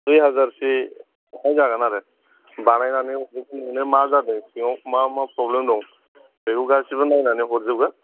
दुइ हाजारसे लानाय जागोन आरो बानायनानै हरजोबगोन नोंनो मा जादों सिङाव मा मा फ्रबलेम दं बेखौ गासैबो नायनानै हरजोबगोन